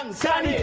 um san yeah